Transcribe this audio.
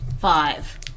five